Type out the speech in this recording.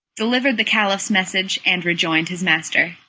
delivered the caliph's message, and rejoined his master.